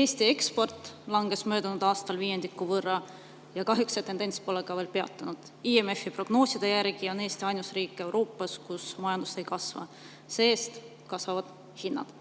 Eesti eksport langes möödunud aastal viiendiku võrra ja kahjuks see tendents pole peatunud. IMF-i prognooside järgi on Eesti ainus riik Euroopas, kus majandus ei kasva. See-eest kasvavad hinnad.